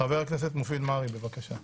חבר הכנסת מופיד מרעי, בבקשה.